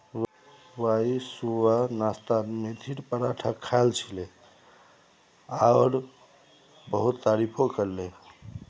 Y सुबह नाश्तात मेथीर पराठा खायाल छिले और बहुत तारीफो करले